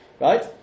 Right